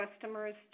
customers